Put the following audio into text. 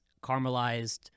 caramelized